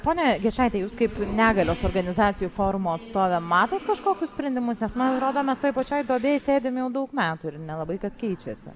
ponia gečaite jūs kaip negalios organizacijų forumo atstovė matot kažkokius sprendimus nes man atrodo mes toj pačioj duobėj sėdim jau daug metų ir nelabai kas keičiasi